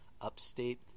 upstate